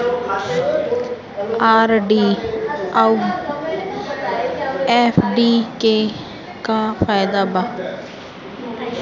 RD आउर FD के का फायदा बा?